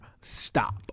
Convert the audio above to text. Stop